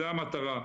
זו המטרה.